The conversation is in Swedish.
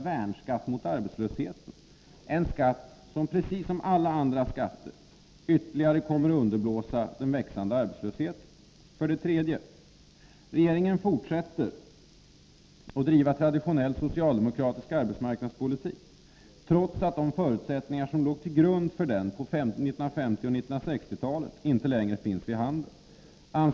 värnskatt mot arbetslösheten, en skatt som precis som alla andra skatter ytterligare kommer att underblåsa den växande arbetslösheten. 3. Regeringen fortsätter att driva traditionell socialdemokratisk arbetsmarknadspolitik, trots att de förutsättningar som låg till grund för denna på 1950 och 1960-talen inte längre finns vid handen.